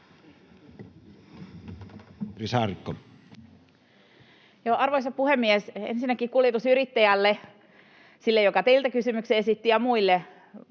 Arvoisa puhemies! Ensinnäkin kuljetusyrittäjille — sille, joka teille kysymyksen esitti, ja muille